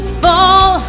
fall